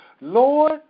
Lord